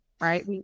right